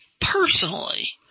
personally